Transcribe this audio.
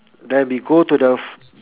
then we go to the